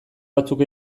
batzuk